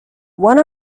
one